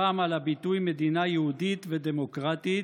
והפעם על הביטוי "מדינה יהודית ודמוקרטית"